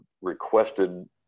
requested